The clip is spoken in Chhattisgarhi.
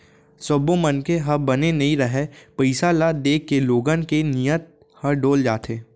सब्बो मनखे ह बने नइ रहय, पइसा ल देखके लोगन के नियत ह डोल जाथे